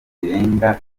zirenga